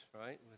right